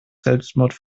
selbstmord